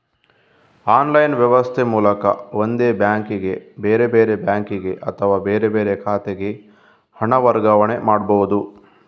online ವ್ಯವಸ್ಥೆ ಮೂಲಕ ಒಂದೇ ಬ್ಯಾಂಕಿಗೆ, ಬೇರೆ ಬೇರೆ ಬ್ಯಾಂಕಿಗೆ ಅಥವಾ ಬೇರೆ ಬೇರೆ ಖಾತೆಗೆ ಹಣ ವರ್ಗಾವಣೆ ಮಾಡ್ಬಹುದು